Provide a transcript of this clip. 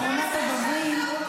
אחרונת הדוברים.